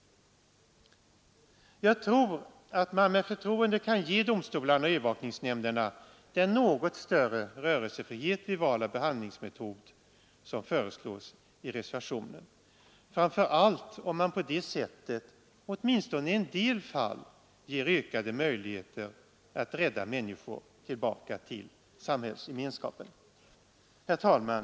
Jag tror att man med förtroende kan ge domstolarna och övervakningsnämnderna den något större rörelsefrihet vid val av behandlingsmetod som föreslås i reservationen, framför allt om man på det sättet åtminstone i en del fall ger ökade möjligheter att rädda människor tillbaka till samhällsgemenskapen. Herr talman!